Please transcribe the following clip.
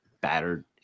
battered